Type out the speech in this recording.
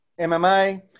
MMA